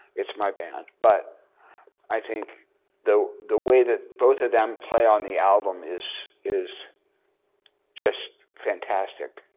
it's my band. but i think though the way that both of them play on the album is is just fantastic.